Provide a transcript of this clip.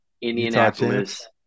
Indianapolis